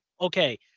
okay